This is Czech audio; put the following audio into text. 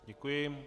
Děkuji.